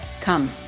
Come